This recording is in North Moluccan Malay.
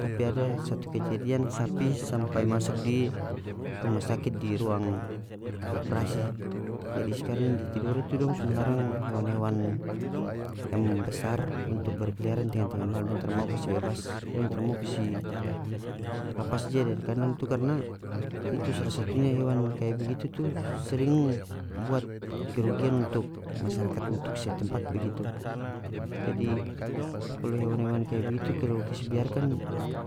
Tapi ada satu kejadian sapi sampai masuk di ruma sakit di ruang oprasi jadi skarang di tidore tu dong so melarang hewan-hewan yang besar untuk berkeliaran tenga-tenga malam dong taramau kasi bebas dong taramau kasi lapas dia dari kandang tu karna itu sala satunya hewan kaya begitu tu sering buat kerugian untuk masyarakat untuk setempat begitu jadi kalu hewan-hewan kaya begitu kalu kase biarkan